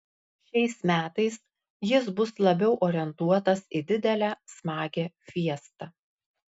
šiais metais jis bus labiau orientuotas į didelę smagią fiestą